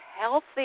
healthy